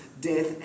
death